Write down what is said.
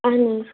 اَہَن حظ